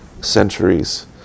centuries